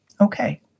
okay